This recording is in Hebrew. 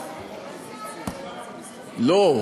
לא,